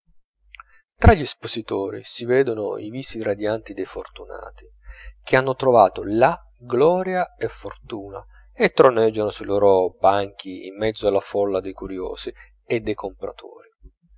tra gli espositori si vedono i visi radianti dei fortunati che hanno trovato là gloria e fortuna e troneggiano sui loro banchi in mezzo alla folla dei curiosi e dei compratori